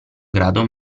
grado